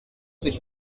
sich